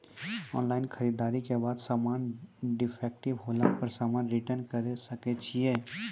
Online खरीददारी के बाद समान डिफेक्टिव होला पर समान रिटर्न्स करे सकय छियै?